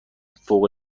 فوق